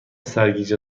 سرگیجه